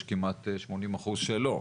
יש כמעט 80% שלא.